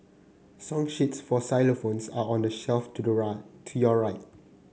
song sheets for xylophones are on the shelf to the right to your right